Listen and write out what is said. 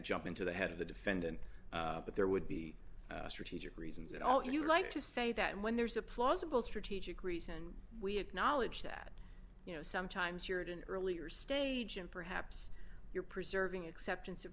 jump into the head of the defendant but there would be a strategic reasons you know you like to say that when there's a plausible strategic reason we acknowledge that you know sometimes you're at an earlier stage and perhaps you're preserving acceptance of